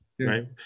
Right